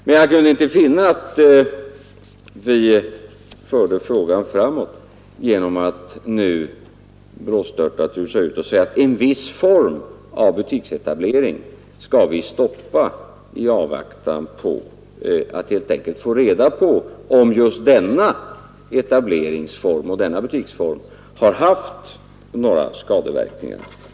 Men jag kunde inte finna att vi för frågan framåt genom att nu brådstörtat rusa ut och säga att en viss form av butiksetablering skall stoppas i avvaktan på att vi helt enkelt skall få reda på om just den butiksformen har haft några skadeverkningar.